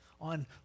on